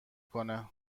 کنه